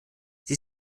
sie